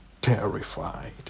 terrified